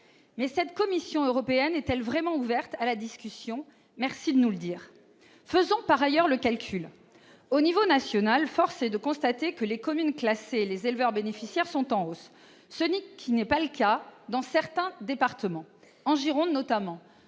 Mais la Commission européenne est-elle vraiment ouverte à la discussion ? Merci de nous le dire ! Faisons par ailleurs le calcul. À l'échelon national, force est de constater que les communes classées et les éleveurs bénéficiaires sont en hausse. Ce n'est pas le cas dans certains départements. Ainsi, en